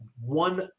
one